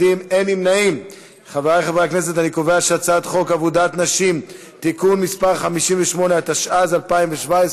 חוק עבודת נשים (תיקון מס' 58), התשע"ז 2017,